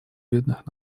бедных